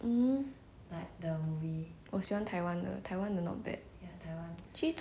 actually 中国 got som~ got a few lah but 中国 is mostly those like err mm